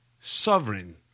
Sovereign